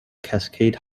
cascade